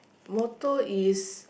motto is